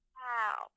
wow